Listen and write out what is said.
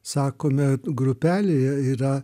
sakome grupelėje yra